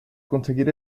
conseguir